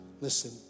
listen